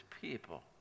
people